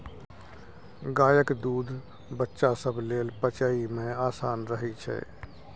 गायक दूध बच्चा सब लेल पचइ मे आसान रहइ छै